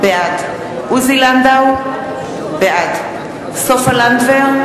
בעד עוזי לנדאו, בעד סופה לנדבר,